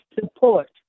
support